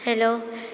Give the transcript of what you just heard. hello